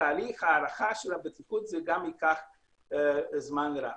כלומר תהליך ההערכה של הבטיחות גם ייקח זמן רב.